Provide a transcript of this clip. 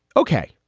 okay.